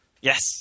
Yes